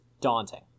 daunting